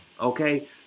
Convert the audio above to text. Okay